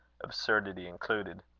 absurdity included.